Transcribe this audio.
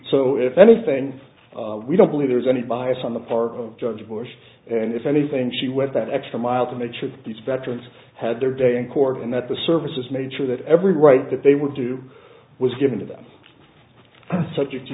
so if anything we don't believe there is any bias on the part of judge bush and if anything she went that extra mile to make sure that these veterans had their day in court and that the services made sure that every right that they would do was given to them subject to